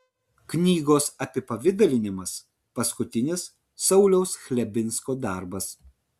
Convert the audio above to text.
knygos apipavidalinimas paskutinis sauliaus chlebinsko darbas